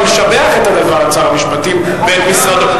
אני משבח את שר המשפטים ואת משרדו.